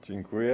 Dziękuję.